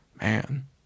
man